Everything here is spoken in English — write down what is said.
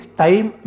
time